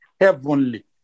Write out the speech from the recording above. heavenly